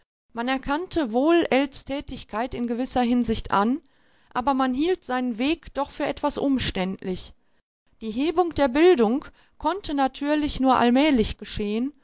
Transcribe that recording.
man erkannte wohl ells tätigkeit in gewisser hinsicht an aber man hielt seinen weg doch für etwas umständlich die hebung der bildung konnte natürlich nur allmählich geschehen